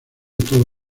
todo